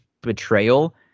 betrayal